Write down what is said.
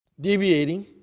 deviating